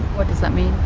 what does that mean?